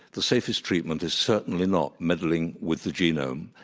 the safest treatment is certainly not meddling with the genome.